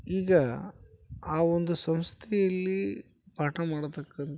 ಈಗ ಆ ಒಂದು ಸಂಸ್ಥೆಯಲ್ಲಿ ಪಾಠ ಮಾಡ್ತಕ್ಕಂಥ